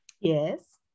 Yes